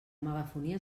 megafonia